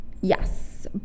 yes